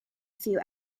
few